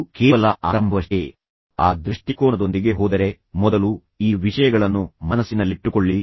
ಇದು ಕೇವಲ ಆರಂಭವಷ್ಟೇ ಆ ದೃಷ್ಟಿಕೋನದೊಂದಿಗೆ ಹೋದರೆ ಮೊದಲು ಈ ವಿಷಯಗಳನ್ನು ಮನಸ್ಸಿನಲ್ಲಿಟ್ಟುಕೊಳ್ಳಿ